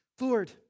Lord